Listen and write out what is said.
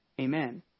Amen